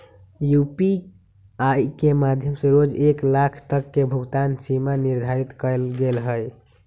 UPI के माध्यम से रोज एक लाख तक के भुगतान सीमा निर्धारित कएल गेल हइ